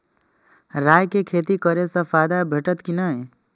राय के खेती करे स फायदा भेटत की नै?